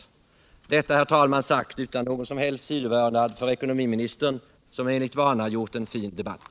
Detta, herr talman, sagt utan någon som helst sidovördnad för ekonomiministern, som enligt sin vana gjort en fin debatt.